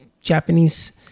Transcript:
Japanese